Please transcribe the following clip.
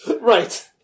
Right